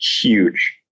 huge